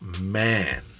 man